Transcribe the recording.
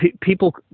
people